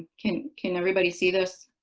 can can everybody see this?